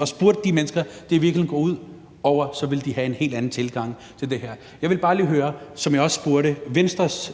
og spurgte de mennesker, som det i virkeligheden går ud over, ville de have en helt anden tilgang til det her. Jeg vil bare lige høre en ting, som jeg også spurgte Venstres